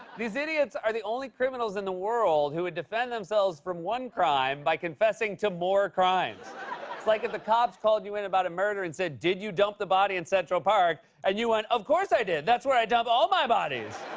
these idiots are the only criminals in the world who would defend themselves from one crime by confessing to more crimes. it's like if the cops called you in about a murder and said, did you dump the body in central park? and you went, of course, i did. that's where i dump all my bodies.